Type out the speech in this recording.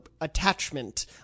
attachment